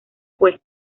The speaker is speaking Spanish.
fue